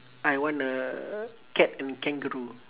I want a cat and kangaroo